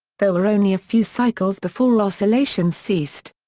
there were only a few cycles before oscillations ceased.